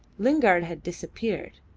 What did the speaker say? lingard had disappeared.